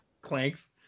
clanks